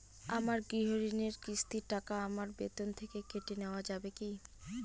আমার গৃহঋণের কিস্তির টাকা আমার বেতন থেকে কেটে নেওয়া যাবে কি?